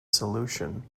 solution